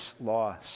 loss